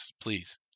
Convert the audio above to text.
Please